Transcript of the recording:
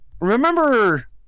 remember